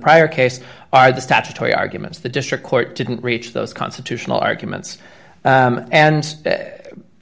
prior case are the statutory arguments the district court didn't reach those constitutional arguments and